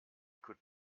could